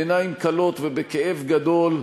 בעיניים כלות ובכאב גדול,